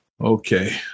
Okay